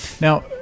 now